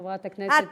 חברת הכנסת אבקסיס.